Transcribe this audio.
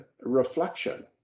reflection